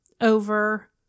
over